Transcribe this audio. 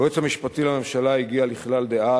היועץ המשפטי לממשלה הגיע לכלל דעה